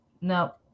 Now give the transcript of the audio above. No